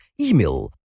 email